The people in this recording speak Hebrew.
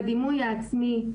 בדימוי העצמי,